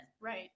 Right